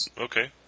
okay